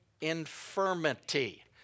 infirmity